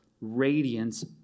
radiance